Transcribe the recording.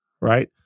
right